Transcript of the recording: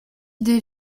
idée